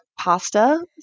pasta